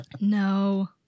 No